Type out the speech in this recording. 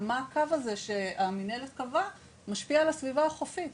ומה הקו הזה שהמנהלת קבעה משפיע על הסביבה החופית.